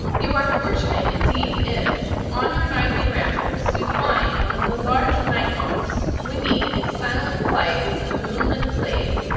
you are fortunate indeed, if, on your nightly rambles, you find one of the large night moths winging its silent flight over the moonlit glade,